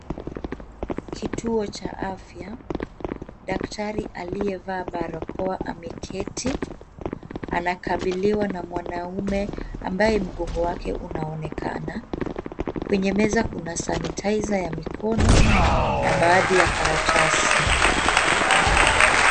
Kituo cha afya daktari aliyevaa barakoa ameketi anakabiliwa na mwanaume ambaye mgongo wake unaonekana. Kwenye meza kuna sanitizer ya mikono na baadhi ya karatasi.